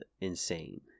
insane